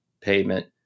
payment